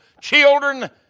children